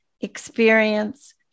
experience